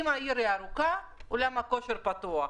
אם העיר ירוקה, אולם הכושר פתוח.